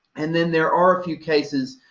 and then there are a few cases,